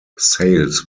sales